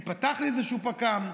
ייפתח לי איזשהו פק"מ.